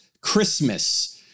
Christmas